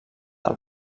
del